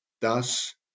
Thus